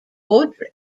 audrey